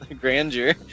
grandeur